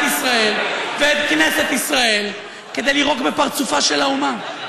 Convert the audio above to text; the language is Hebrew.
ישראל ואת כנסת ישראל כדי לירוק בפרצופה של האומה,